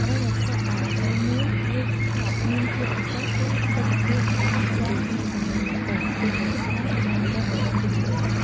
អ្វីដែលធ្វើឱ្យ លេ មូន រូហ្វថប (Le Moon Rooftop) មានភាពពិសេស គឺទិដ្ឋភាពដ៏អស្ចារ្យនៃទន្លេមេគង្គ ទន្លេសាប និងព្រះបរមរាជវាំង។